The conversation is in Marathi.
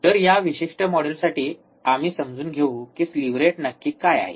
तर या विशिष्ट मॉड्यूलसाठी आम्ही समजून घेऊ की स्लीव्ह रेट नक्की काय आहे